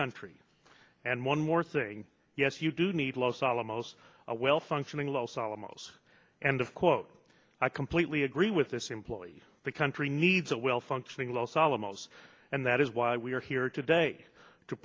country and one more thing yes you do need los alamos a well functioning los alamos and of quote i completely agree with this employee the country needs a well functioning los alamos and that is why we are here today to